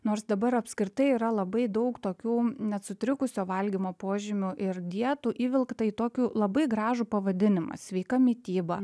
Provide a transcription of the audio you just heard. nors dabar apskritai yra labai daug tokių net sutrikusio valgymo požymių ir dietų įvilkta į tokį labai gražų pavadinimą sveika mityba